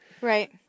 right